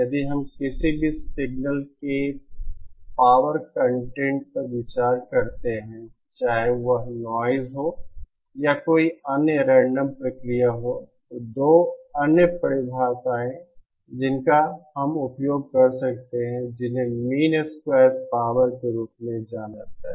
यदि हम किसी भी सिग्नल में एक पावर कंटेंट पर विचार करते हैं चाहे वह नॉइज़ हो या कोई अन्य रेंडम प्रक्रिया हो तो 2 अन्य परिभाषाएँ जिनका हम उपयोग कर सकते हैं जिन्हें मीन स्क्वेयर पावर के रूप में जाना जाता है